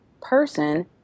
person